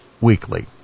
weekly